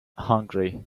hungry